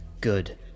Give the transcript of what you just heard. Good